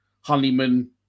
Honeyman